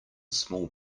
small